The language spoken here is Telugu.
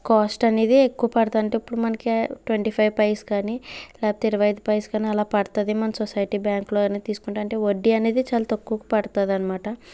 కాస్ట్ అనేది ఎక్కువ పడుతుంది అంటే ఇప్పుడు మనకి ట్వంటీ ఫైవ్ పైస్ కాని లేకపోతే ఇరవై ఐదు పైస్ కాని అలా పడుతుంది మన సొసైటీ బ్యాంకులో తీసుకుంటే అంటే వడ్డీ అనేది చాల తక్కువ పడుతుంది అన్నమాట